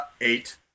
Eight